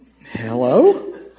Hello